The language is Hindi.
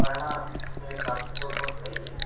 पढ़ना मेरे हिसाब से तो बहुत सही है